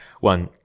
one